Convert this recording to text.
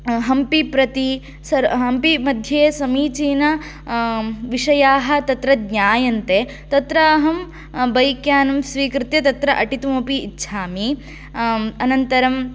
हम्पी प्रति हम्पी मध्ये समीचीनविषयाः तत्र ज्ञायन्ते तत्र अहं बैक् यानं स्वीकृत्य तत्र अटितुमपि इच्छामि अनन्तरं